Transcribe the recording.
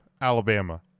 Alabama